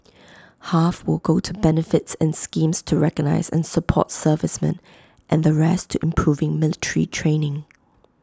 half will go to benefits and schemes to recognise and support servicemen and the rest to improving military training